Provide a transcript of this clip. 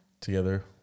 Together